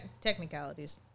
Technicalities